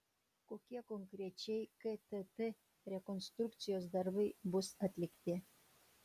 kokie konkrečiai ktt rekonstrukcijos darbai bus atlikti